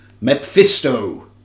Mephisto